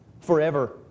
forever